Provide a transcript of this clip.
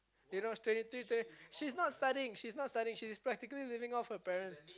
you know twenty three twenty she's not studying she's not studying she's practically living off her parents